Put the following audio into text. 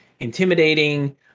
Intimidating